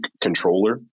controller